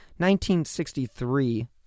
1963